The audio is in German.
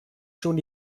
schon